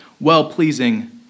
well-pleasing